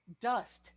dust